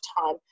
time